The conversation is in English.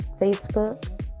facebook